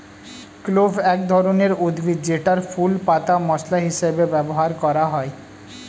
clove এক ধরনের উদ্ভিদ যেটার ফুল, পাতা মসলা হিসেবে ব্যবহার করা হয়